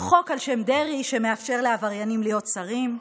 חוק על שם דרעי, שמאפשר לעבריינים להיות שרים,